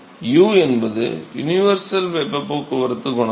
U என்பது universal வெப்ப போக்குவரத்து குணகம்